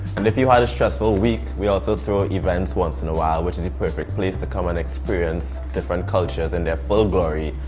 and if you had a stressful week, we also throw events once in a while, which is the perfect place to come and experience different cultures in their full glory,